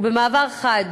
ובמעבר חד,